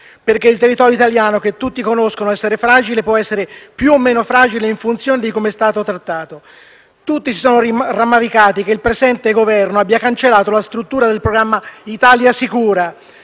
perché il territorio italiano - che tutti riconoscono essere fragile - può essere più o meno fragile in funzione di come è stato trattato. Tutti si sono rammaricati che il presente Governo abbia cancellato la struttura del programma «Italia sicura»,